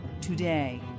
today